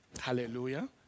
Hallelujah